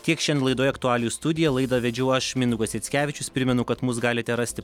tiek šen laidoje aktualijų studija laidą vedžiau aš mindaugas jackevičius primenu kad mūsų galite rasti